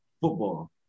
football